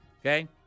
okay